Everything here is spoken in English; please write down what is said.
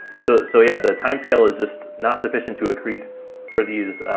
so, so yeah, the time scale is just not sufficient to accrete for these,